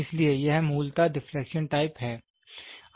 इसलिए यह यह मूलतः डिफलेक्शन टाइप है